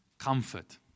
Comfort